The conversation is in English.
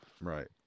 Right